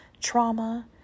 trauma